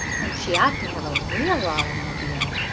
and she ought to have a real automobile,